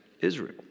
Israel